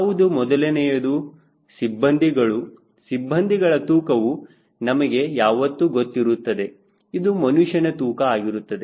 ಯಾವುದು ಮೊದಲನೆಯದು ಸಿಬ್ಬಂದಿಗಳು ಸಿಬ್ಬಂದಿಗಳ ತೂಕವು ನಮಗೆ ಯಾವತ್ತೂ ಗೊತ್ತಿರುತ್ತದೆ ಇದು ಮನುಷ್ಯನ ತೂಕ ಆಗಿರುತ್ತದೆ